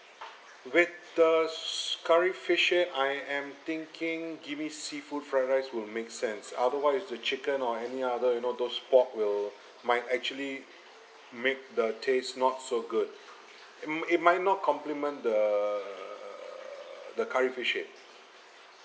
with the s~ curry fish head I am thinking give me seafood fried rice will make sense otherwise it's the chicken or any other you know those wok will might actually make the taste not so good it m~ it might not compliment the the curry fish head